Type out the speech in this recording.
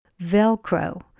Velcro